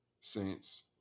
Saints